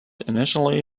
initially